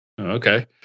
Okay